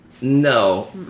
no